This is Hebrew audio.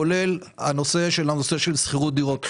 כולל הנושא של שכירות דירות.